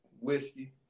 whiskey